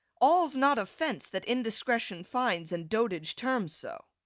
all's not offence that indiscretion finds and dotage terms so.